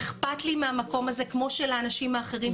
אכפת לי מהמקום הזה כמו שלאנשים אחרים.